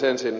ensin